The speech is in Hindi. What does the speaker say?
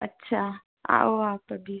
अच्छा आओ आप अभी